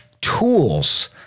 tools